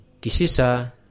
kisisa